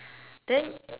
then